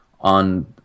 on